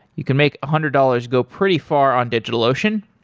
you can make a hundred dollars go pretty far on digitalocean.